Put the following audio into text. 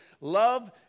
Love